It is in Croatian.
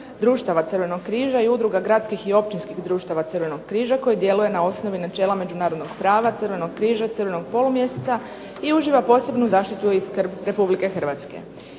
društava Crvenog križa i udruga gradskih i općinskih društava Crvenog križa koji djeluje na osnovi načela međunarodnog prava, Crvenog križa i Crvenog polumjeseca i uživa posebnu zaštitu i skrb RH.